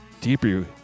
deeper